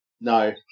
No